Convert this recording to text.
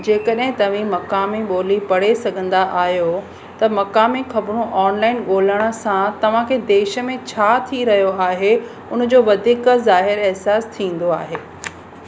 जेकड॒हिं तव्हीं मक़ामी ॿोली पढ़े सघंदा आहियो त मक़ामी ख़बरूं ऑनलाइन ॻोल्हण सां तव्हां खे देश में छा थी रहियो आहे उन जो वधीक ज़ाहिर अहिसासु थींदो आहे